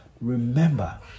remember